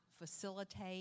facilitate